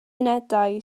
unedau